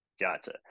Gotcha